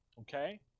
Okay